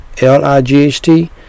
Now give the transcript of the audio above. l-i-g-h-t